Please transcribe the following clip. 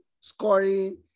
scoring